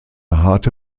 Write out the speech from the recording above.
harte